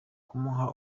kumuha